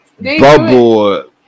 bubble